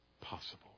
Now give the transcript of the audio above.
possible